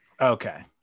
Okay